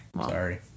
Sorry